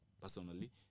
personally